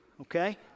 okay